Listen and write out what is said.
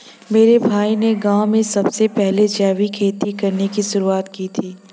मेरे भाई ने गांव में सबसे पहले जैविक खेती करने की शुरुआत की थी